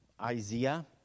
Isaiah